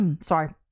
sorry